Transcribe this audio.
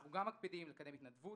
אנחנו גם מקפידים לקדם התנדבות